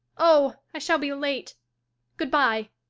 oh, i shall be late good-bye.